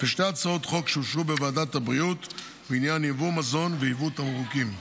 ושתי הצעות חוק שאושרו בוועדת הבריאות בעניין יבוא מזון ויבוא תמרוקים.